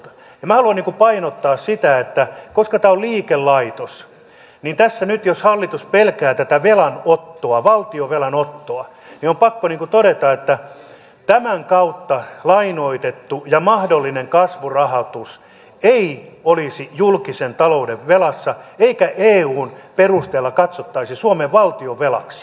minä haluan painottaa sitä että koska tämä on liikelaitos niin tässä nyt jos hallitus pelkää tätä valtionvelan ottoa on pakko todeta että tämän kautta lainoitettu ja mahdollinen kasvurahoitus ei olisi julkisen talouden velassa eikä eun perusteella katsottaisi suomen valtionvelaksi